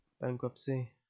bankruptcy